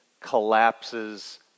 collapses